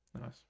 Nice